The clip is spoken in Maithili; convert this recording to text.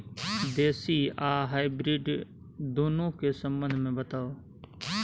देसी आ हाइब्रिड दुनू के संबंध मे बताऊ?